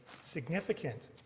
significant